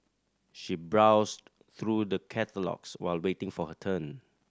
she browsed through the catalogues while waiting for her turn